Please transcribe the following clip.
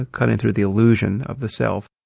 cutting through the illusion of the self.